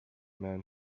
man